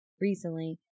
recently